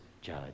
judge